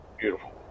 beautiful